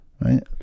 right